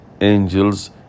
angels